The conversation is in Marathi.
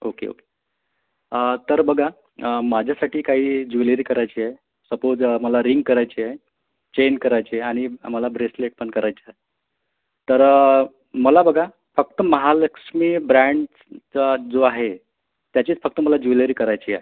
ओके ओके तर बघा माझ्यासाठी काही ज्वेलरी करायची आहे सपोज मला रिंग करायची आहे चेन करायची आहे आणि आम्हाला ब्रेसलेट पण करायची आहे तर मला बघा फक्त महालक्ष्मी ब्रँडचा जो आहे त्याचीच फक्त मला ज्वेलरी करायची आहे